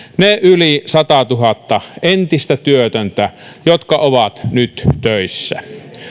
ne yli satatuhatta entistä työtöntä jotka ovat nyt töissä